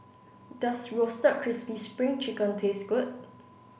does Roasted Crispy Spring Chicken taste good